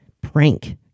prank